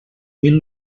mil